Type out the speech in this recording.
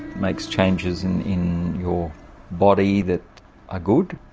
makes changes in in your body that are good,